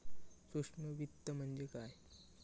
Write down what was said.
सूक्ष्म वित्त म्हणजे काय?